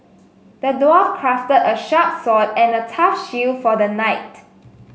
the dwarf crafted a sharp sword and a tough shield for the knight